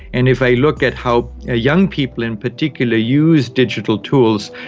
and if i look at how ah young people in particular use digital tools,